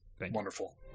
Wonderful